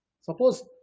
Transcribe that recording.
Suppose